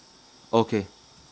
okay